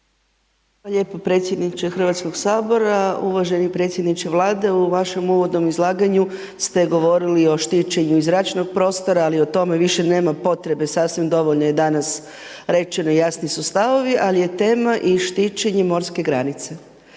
razumije./... predsjedniče Hrvatskog sabora, uvaženi predsjedniče Vlade. U vašem uvodnom izlaganju ste govorili o štićenju iz zračnog prostora, ali o tome više nema potrebe, sasvim dovoljno je danas rečeno i jasni su stavovi, ali je tema i štićenje morske granice,